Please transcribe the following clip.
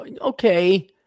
Okay